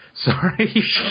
sorry